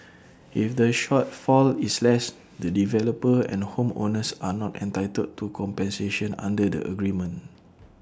if the shortfall is less the developer and home owners are not entitled to compensation under the agreement